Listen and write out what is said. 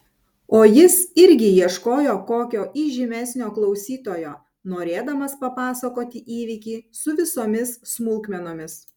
o jis irgi ieškojo kokio įžymesnio klausytojo norėdamas papasakoti įvykį su visomis smulkmenomis